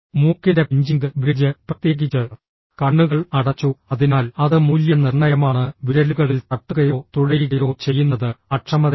മൂക്കിൻറെ pinching bridge പ്രത്യേകിച്ച് കണ്ണുകൾ അടച്ചു അതിനാൽ അത് മൂല്യനിർണ്ണയമാണ് വിരലുകളിൽ തട്ടുകയോ തുഴയുകയോ ചെയ്യുന്നത് അക്ഷമതയാണ്